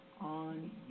on